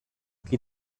qui